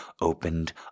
opened